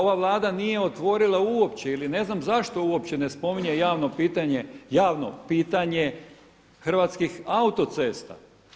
Ova Vlada nije otvorila uopće ili ne znam zašto uopće ne spominje javno pitanje, javno pitanje Hrvatskih autocesta.